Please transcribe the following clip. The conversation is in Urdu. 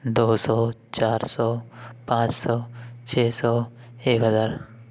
دو سو چار سو پانچ سو چھ سو ایک ہزار